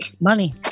Money